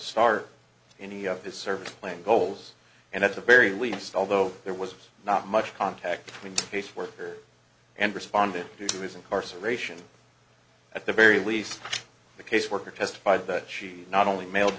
start any of this service plan goals and at the very least although there was not much contact with caseworkers and responded to his incarceration at the very least the caseworker testified that she not only mailed